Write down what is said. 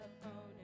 opponent